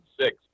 six